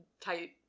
tight